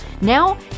Now